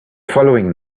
following